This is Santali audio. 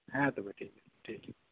ᱦᱮᱸ